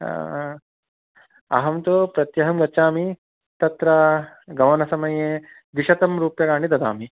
अहं तु प्रत्यहं गच्छामि तत्र गमनसमये द्विशतं रूप्यकाणि ददामि